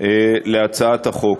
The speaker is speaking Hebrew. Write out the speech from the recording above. להצעת החוק.